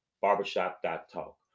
Barbershop.talk